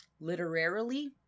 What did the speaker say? literarily